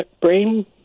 brain